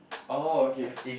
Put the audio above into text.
oh okay